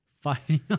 fighting